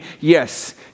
Yes